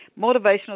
Motivational